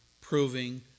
proving